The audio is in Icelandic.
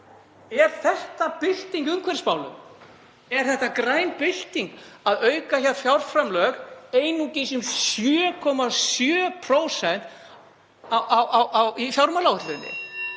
Er þetta bylting í umhverfismálum? Er það græn bylting að auka fjárframlög einungis um 7,7% í fjármálaáætluninni?